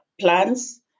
plans